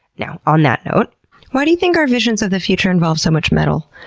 now, on that note why do you think our visions of the future involve so much metal?